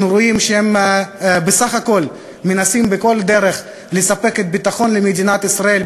אנחנו רואים שהם בסך הכול מנסים בכל דרך לספק ביטחון למדינת ישראל,